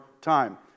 time